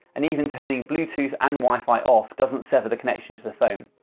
and even turning bluetooth and wifi off doesn't sever the connection to the phone.